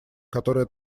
которое